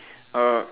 uh